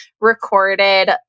recorded